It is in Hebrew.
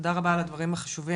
תודה רבה על הדברים החשובים,